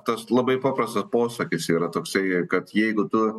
tas labai paprastas posakis yra toksai kad jeigu tu